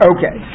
Okay